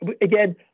Again